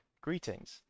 greetings